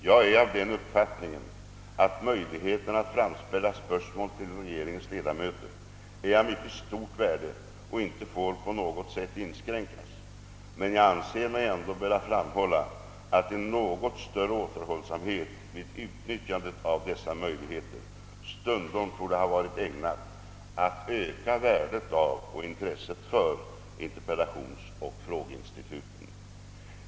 Jag är av den uppfattningen, att möjligheterna att framställa spörsmål till regeringens ledamöter är av mycket stort värde och inte får på något sätt inskränkas, men jag anser mig ändå böra framhålla, att en något större återhållsamhet vid utnyttjandet av dessa möjligheter stundom torde ha varit ägnad att öka värdet av och intresset för interpellationsoch frågeinstituten.